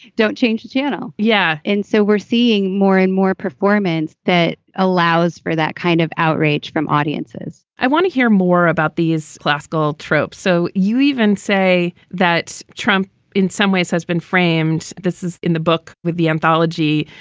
don't change the channel. yeah. and so we're seeing more and more performance that allows for that kind of outrage from audiences i want to hear more about these classical tropes. so you even say that trump in some ways has been framed. this is in the book with the anthology,